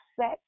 set